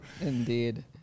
Indeed